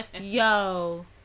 Yo